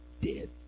dead